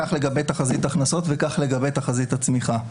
כך לגבי תחזית הכנסות וכך לגבי תחזית הצמיחה.